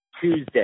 Tuesday